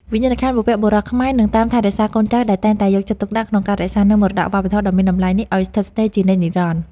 វិញ្ញាណក្ខន្ធបុព្វបុរសខ្មែរនឹងតាមថែរក្សាកូនចៅដែលតែងតែយកចិត្តទុកដាក់ក្នុងការរក្សានូវមរតកវប្បធម៌ដ៏មានតម្លៃនេះឱ្យស្ថិតស្ថេរជានិច្ចនិរន្តរ៍។